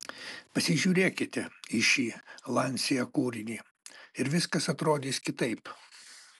pasižiūrėkite į šį lancia kūrinį ir viskas atrodys kitaip